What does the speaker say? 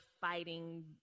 fighting